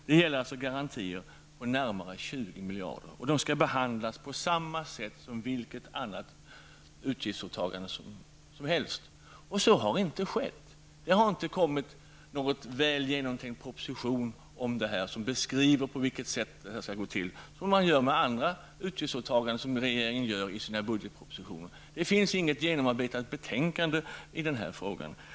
Det gäller garantier på nära 20 miljarder kronor som skall behandlas på samma sätt som vilket annat utgiftsåtagande som helst. Så har inte skett. Det har inte kommit någon väl genomtänkt proposition som beskriver på vilket sätt det skall gå till, som man gör med andra utgiftsåtaganden som regeringen föreslår i budgetpropositionen. Det finns inget genomarbetat betänkande i denna fråga.